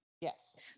Yes